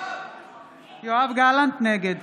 נגד